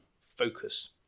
focus